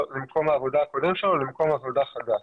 למקום העבודה הקודם שלו או למקום עבודה חדש,